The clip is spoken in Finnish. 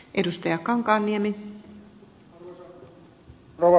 arvoisa rouva puhemies